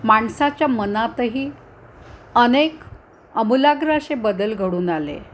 माणसाच्या मनातही अनेक आमूलाग्र असे बदल घडून आले